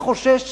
אני חושש